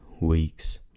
Weeks